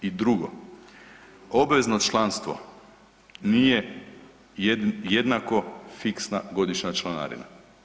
I drugo, obvezno članstvo nije jednako fiksna godišnja članarina.